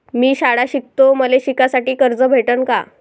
मी शाळा शिकतो, मले शिकासाठी कर्ज भेटन का?